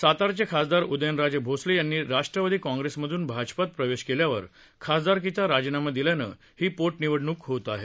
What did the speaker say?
सातारचे खासदार उदयनराजे भोसले यांनी राष्ट्रवादी काँग्रेसमधन भाजपात प्रवेश केल्यावर खासदारकीचा राजीनामा दिल्यानं ही पोटनिवडणूक होत आहे